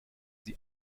sie